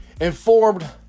informed